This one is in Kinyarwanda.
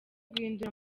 guhindura